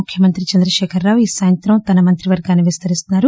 ముఖ్యమంత్రి చంద్రశేఖర్ రావు ఈ సాయంత్రం తన మంత్రివర్గాన్ని విస్తరిస్తున్నారు